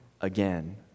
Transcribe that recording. again